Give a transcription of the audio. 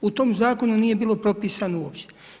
U tom Zakonu nije bilo propisano uopće.